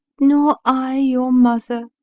nor i your mother?